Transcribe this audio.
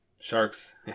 Sharks